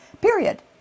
period